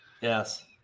Yes